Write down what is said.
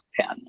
pen